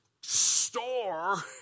store